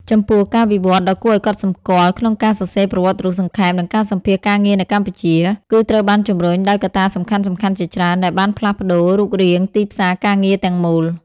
ចំពោះ ការវិវត្តន៍ដ៏គួរឲ្យកត់សម្គាល់ក្នុងការសរសេរប្រវត្តិរូបសង្ខេប និងការសម្ភាសន៍ការងារនៅកម្ពុជា គឺត្រូវបានជំរុញដោយកត្តាសំខាន់ៗជាច្រើន ដែលបានផ្លាស់ប្ដូររូបរាងទីផ្សារការងារទាំងមូល។